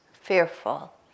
fearful